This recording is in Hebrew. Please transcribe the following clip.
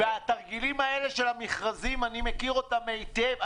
התרגילים האלה של המכרזים אני מכיר אותם היטב.